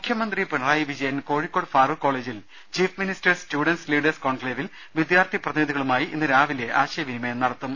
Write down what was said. മുഖ്യമന്ത്രി പിണറായി വിജയൻ കോഴിക്കോട് ഫാറൂഖ് കോളേ ജിൽ ചീഫ് മിനിസ്റ്റേഴ്സ് സ്റ്റുഡന്റ് ലീഡേഴ്സ് കോൺക്ലേവിൽ വിദ്യാർത്ഥി പ്രതിനിധികളുമായി ഇന്നുരാവിലെ ആശയ വിനിമയം നടത്തും